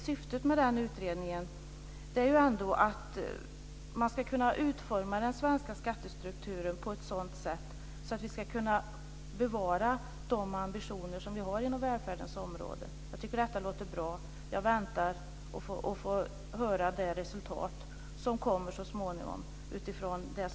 Syftet med den är en utformning av den svenska skattestrukturen på ett så sätt att vi kan bevara de ambitioner som vi har inom välfärdens område. Jag tycker att detta låter bra och väntar på det resultat som så småningom kommer av detta.